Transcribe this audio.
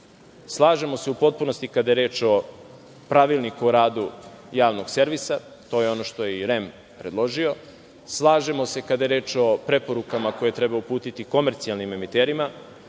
danas. Slažemo se u potpunosti kada je reč o Pravilniku o radu javnog servisa. To je ono što je i REM predložio. Slažemo se kada je reč o preporukama koje treba uputiti komercijalnim emiterima.